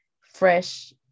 fresh